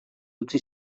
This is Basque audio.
utzi